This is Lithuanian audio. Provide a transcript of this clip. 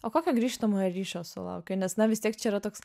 o kokio grįžtamojo ryšio sulaukei nes na vis tiek čia yra toks